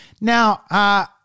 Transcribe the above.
Now